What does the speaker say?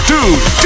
Dude